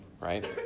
right